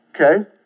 Okay